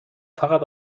فقط